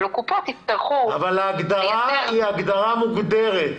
אבל הקופות יצטרכו --- אבל ההגדרה היא הגדרה מוגדרת.